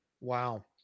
Wow